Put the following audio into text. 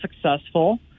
successful